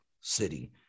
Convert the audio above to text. city